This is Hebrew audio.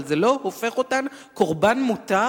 אבל זה לא הופך אותן קורבן מותר,